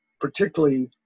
particularly